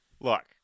Look